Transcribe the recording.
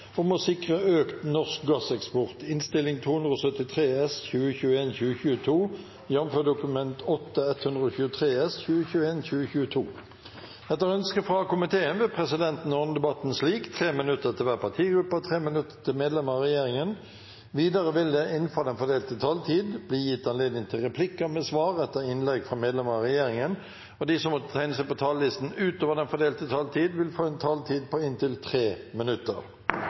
minutter til medlemmer av regjeringen. Videre vil det – innenfor den fordelte taletid – bli gitt anledning til replikker med svar etter innlegg fra medlemmer av regjeringen, og de som måtte tegne seg på talerlisten utover den fordelte taletid, får også en taletid på inntil 3 minutter.